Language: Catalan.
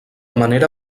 manera